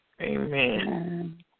Amen